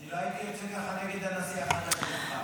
אני לא הייתי יוצא ככה נגד הנשיא החדש שנבחר.